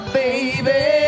baby